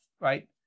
right